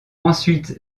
ensuite